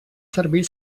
servir